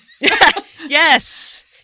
yes